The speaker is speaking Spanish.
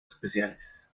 especiales